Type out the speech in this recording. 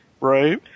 Right